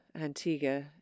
Antigua